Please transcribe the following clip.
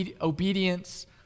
obedience